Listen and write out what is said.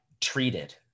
treated